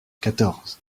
quatorze